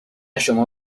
شما